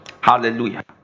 Hallelujah